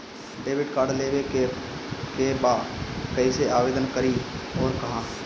Debit card लेवे के बा कइसे आवेदन करी अउर कहाँ?